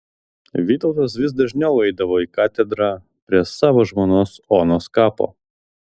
vytautas vis dažniau eidavo į katedrą prie savo žmonos onos kapo